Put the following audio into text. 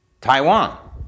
Taiwan